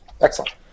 Excellent